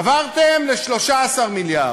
עברתם ל-13 מיליארד,